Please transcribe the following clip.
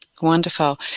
Wonderful